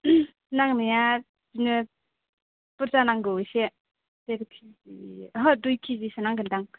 नांनाया बिदिनो बुर्जा नांगौ एसे दिर केजि ओहो दुइ केजिसो नांगोन दां